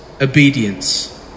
obedience